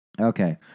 Okay